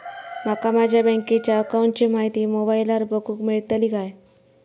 माका माझ्या बँकेच्या अकाऊंटची माहिती मोबाईलार बगुक मेळतली काय?